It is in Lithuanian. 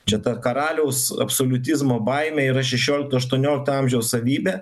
čia tą karaliaus absoliutizmo baimė yra šešiolikto aštuoniolikto amžiaus savybė